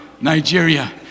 Nigeria